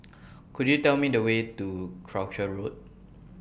Could YOU Tell Me The Way to Croucher Road